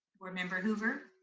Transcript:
board member hoover.